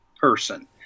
person